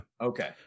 Okay